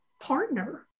partner